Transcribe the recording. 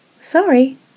Sorry